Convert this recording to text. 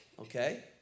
Okay